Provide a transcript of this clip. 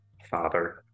father